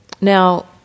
now